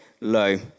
Low